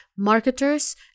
marketers